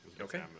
Okay